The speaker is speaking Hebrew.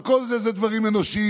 אבל כל אלה הם דברים אנושיים.